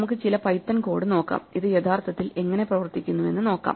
നമുക്ക് ചില Python code നോക്കാം ഇത് യഥാർത്ഥത്തിൽ എങ്ങനെ പ്രവർത്തിക്കുന്നുവെന്ന് നോക്കാം